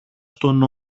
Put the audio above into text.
στον